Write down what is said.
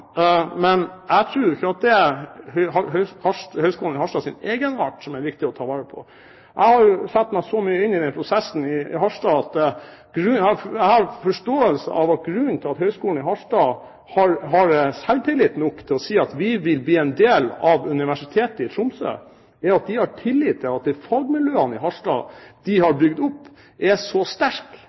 men jeg tror ikke at det er egenarten til Høgskolen i Harstad som er viktig å ta vare på. Jeg har satt meg så mye inn i prosessen i Harstad at jeg har forståelsen av at grunnen til at Høgskolen i Harstad har selvtillit nok til å si at de vil bli en del av Universitetet i Tromsø, er at de har tillit til at de fagmiljøene i Harstad de har bygd opp, er så